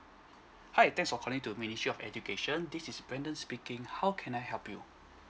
hi thanks for calling to ministry of education this is brandon speaking how can I help you